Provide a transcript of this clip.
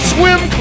Swim